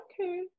okay